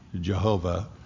Jehovah